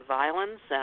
violence